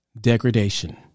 degradation